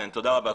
תודה רבה.